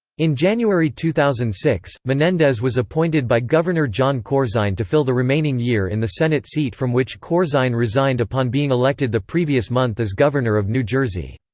in january two thousand and six, menendez was appointed by governor jon corzine to fill the remaining year in the senate seat from which corzine resigned upon being elected the previous month as governor of new jersey.